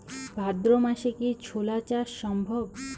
ভাদ্র মাসে কি ছোলা চাষ সম্ভব?